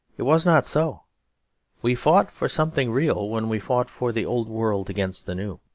it was not so we fought for something real when we fought for the old world against the new.